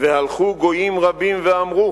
והלכו גויים רבים ואמרו